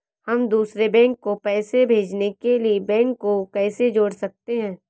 हम दूसरे बैंक को पैसे भेजने के लिए बैंक को कैसे जोड़ सकते हैं?